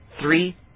three